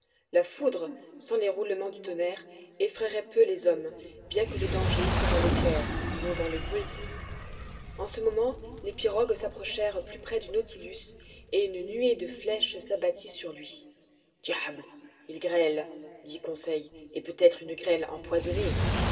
la foudre sans les roulements du tonnerre effraierait peu les hommes bien que le danger soit dans l'éclair non dans le bruit en ce moment les pirogues s'approchèrent plus près du nautilus et une nuée de flèches s'abattit sur lui diable il grêle dit conseil et peut-être une grêle empoisonnée